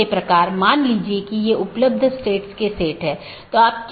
तो यह network layer reachability की जानकारी है